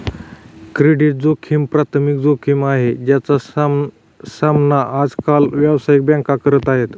credit जोखिम प्राथमिक जोखिम आहे, ज्याचा सामना आज काल व्यावसायिक बँका करत आहेत